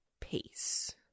peace